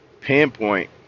pinpoint